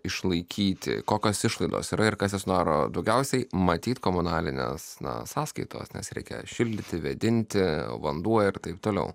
išlaikyti kokios išlaidos yra ir kas iš snoro daugiausiai matyt komunalines nuo sąskaitos nes reikia šildyti vėdinti vanduo ir taip toliau